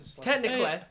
technically